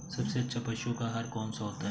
सबसे अच्छा पशुओं का आहार कौन सा होता है?